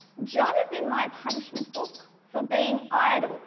john is in my punishment book for being idle,